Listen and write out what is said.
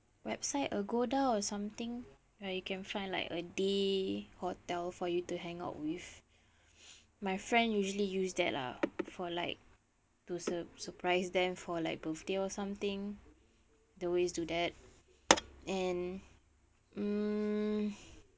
website agoda or something where you can find like a day hotel for you to hang out with my friend usually use that lah for like to sur~ surprise them for like birthday or something they always do that and mm